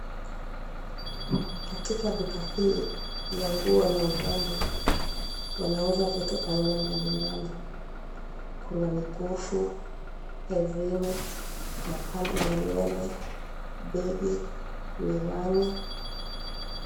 Katika duka hii ya nguo na urembo, wanauza vitu aina mbalimbali, kuna mikufu, herini, mapambo ya nywele, begi, miwani.